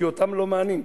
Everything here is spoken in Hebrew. כי אותם לא מענים,